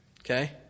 Okay